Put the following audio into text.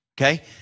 Okay